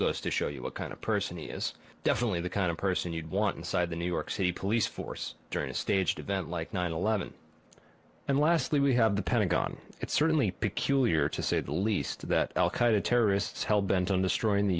goes to show you what kind of person he is definitely the kind of person you'd want inside the new york city police force during a staged event like nine eleven and lastly we have the pentagon it's certainly peculiar to say the least that al qaeda terrorists hell bent on destroying the